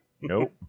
Nope